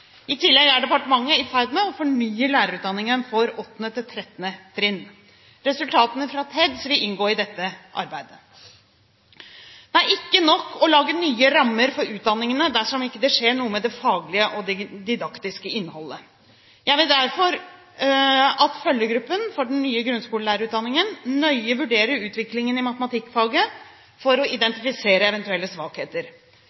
I tillegg er departementet i ferd med å fornye lærerutdanningen for 8.–13. trinn. Resultatene fra TEDS vil inngå i dette arbeidet. Det er ikke nok å lage nye rammer for utdanningene dersom det ikke skjer noe med det faglige og det didaktiske innholdet. Jeg vil derfor at følgegruppen for de nye grunnskolelærerutdanningene nøye vurderer utviklingen i matematikkfaget for å